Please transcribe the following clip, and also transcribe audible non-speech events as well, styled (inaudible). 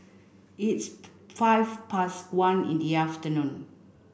its (unintelligible) five past one in the afternoon